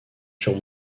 sur